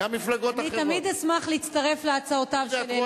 אני תמיד אשמח להצטרף להצעותיו של אלי ישי.